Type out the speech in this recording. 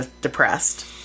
depressed